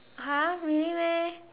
!huh! really meh